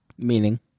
Meaning